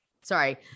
Sorry